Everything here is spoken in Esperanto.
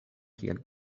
kiel